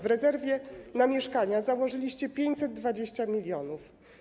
W rezerwie na mieszkania założyliście 520 mln.